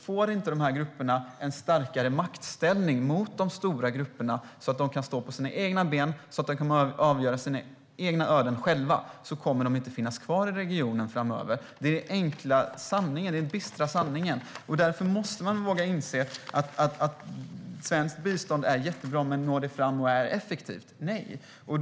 Får inte dessa grupper en starkare maktställning gentemot de stora grupperna, så att de kan stå på egna ben och själva avgöra sitt eget öde, kommer de inte att finnas kvar i regionen framöver. Det är den enkla och bistra sanningen. Svenskt bistånd är jättebra, men når det fram på ett effektivt sätt? Nej.